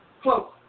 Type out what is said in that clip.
Close